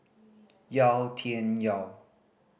Yau Tian Yau